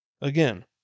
Again